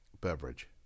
beverage